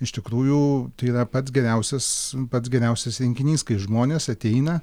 iš tikrųjų tai yra pats geriausias pats geriausias rinkinys kai žmonės ateina